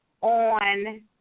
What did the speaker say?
on